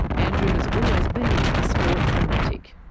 andrew has always been a sport fanatic.